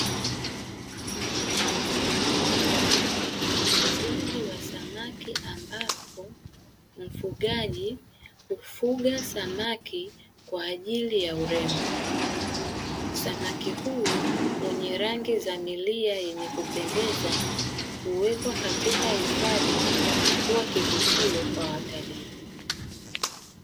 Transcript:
Huu ni ufugaji wa samaki, ambapo mfugaji hufuga samaki kwa ajili ya urembo. Samaki huyu mwenye rangi za milia yenye kupendeza, huwekwa katika hifadhi na kuwa kivutio kwa watalii.